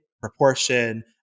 proportion